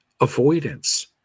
avoidance